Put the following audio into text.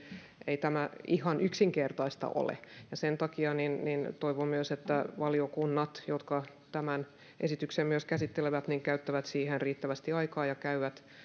ei tämä ihan yksinkertaista ole ja sen takia toivon myös että valiokunnat jotka tämän esityksen myös käsittelevät käyttävät siihen riittävästi aikaa ja käyvät